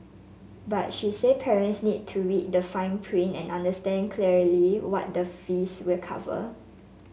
but she said parents need to read the fine print and understand clearly what the fees will cover